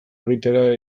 egitera